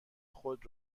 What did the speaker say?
خود